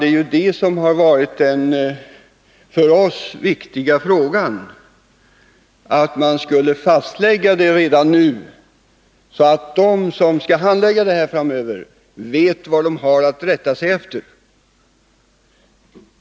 Det viktiga har ju varit att redan nu lägga fast vad som skall gälla, så att de som framöver kommer att handlägga intagningsärenden vet vad de har att rätta sig efter.